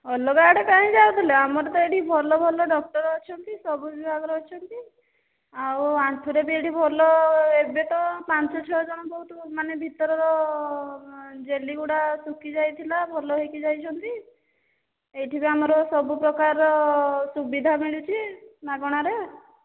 ଅଲଗା ଆଡ଼େ କାହିଁ ଯାଉଥିଲେ ଆମର ତ ଏଠି ଭଲ ଭଲ ଡକ୍ଟର ଅଛନ୍ତି ସବୁ ବିଭାଗର ଅଛନ୍ତି ଆଉ ଆଣ୍ଠୁରେ ବି ଏଠି ଭଲ ଏବେ ତ ପାଞ୍ଚ ଛଅ ଜଣ ବହୁତ ମାନେ ଭିତରର ଜେଲ୍ଲୀ ଗୁଡ଼ା ଶୁଖି ଯାଇଥିଲା ଭଲ ହୋଇକି ଯାଇଛନ୍ତି ଏହିଠି ବି ଆମର ସବୁ ପ୍ରକାର ସୁବିଧା ମିଳିଛି ମାଗଣାରେ